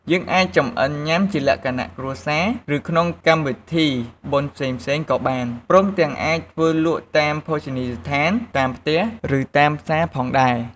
យើងអាចចំអិនញុាំជាលក្ខណៈគ្រួសារ ឬក៏ក្នុងកម្មវិធីបុណ្យផ្សេងៗក៏បាន ព្រមទាំងអាចធ្វើលក់តាមភោជនីយដ្ឋាន តាមផ្ទះ ឬតាមផ្សារផងដែរ។